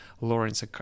Lawrence